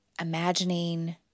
Imagining